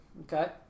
Okay